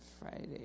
Friday